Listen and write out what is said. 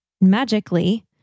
magically